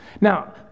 Now